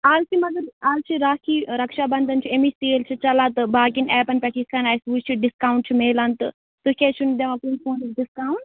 آز چھِ مگر آز چھِ راکھی رَکشا بندھن چھِ اَمِچ سیل چھِ چَلان تہٕ باقٕیَن ایپَن پٮ۪ٹھ یِتھ کَن اَسہِ وٕچھِ ڈِسکاوُنٛٹ چھُ میلان تہٕ تُہۍ کیٛازِ چھُو نہٕ دِوان کُنہِ فونَس ڈِسکاوُںٛٹ